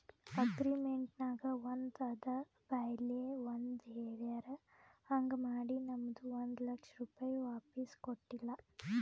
agreement ನಾಗ್ ಒಂದ್ ಅದ ಬಾಯ್ಲೆ ಒಂದ್ ಹೆಳ್ಯಾರ್ ಹಾಂಗ್ ಮಾಡಿ ನಮ್ದು ಒಂದ್ ಲಕ್ಷ ರೂಪೆ ವಾಪಿಸ್ ಕೊಟ್ಟಿಲ್ಲ